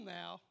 now